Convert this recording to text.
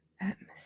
atmosphere